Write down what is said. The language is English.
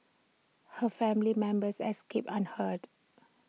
her family members escaped unhurt